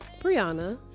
Brianna